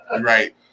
right